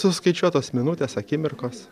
suskaičiuotos minutės akimirkos